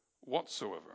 whatsoever